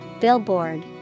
Billboard